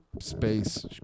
space